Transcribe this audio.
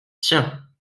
tiens